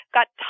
Got